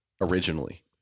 Originally